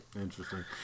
Interesting